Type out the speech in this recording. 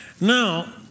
Now